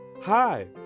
hi